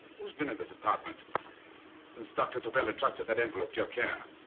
who's been in this apartment since dr. tobel entrusted that envelope to your care?